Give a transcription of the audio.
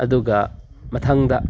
ꯑꯗꯨꯒ ꯃꯊꯪꯗ